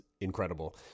incredible